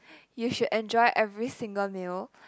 you should enjoy every single meal